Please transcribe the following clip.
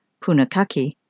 PUNAKAKI